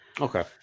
okay